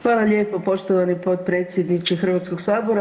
Hvala lijepo poštovani potpredsjedniče Hrvatskog sabora.